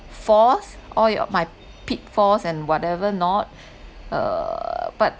falls all your my pitfalls and whatever not uh but